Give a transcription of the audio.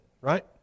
right